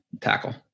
tackle